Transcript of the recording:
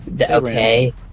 Okay